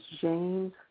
James